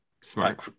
Smart